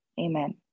amen